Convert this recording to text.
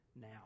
now